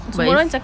nice